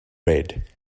red